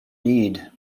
need